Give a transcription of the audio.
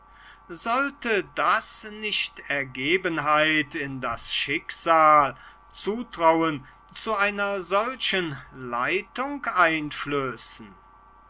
sollte das nicht ergebenheit in das schicksal zutrauen zu einer solchen leitung einflößen